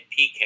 PK